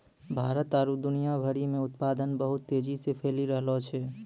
भारत आरु दुनिया भरि मे उत्पादन बहुत तेजी से फैली रैहलो छै